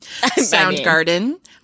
Soundgarden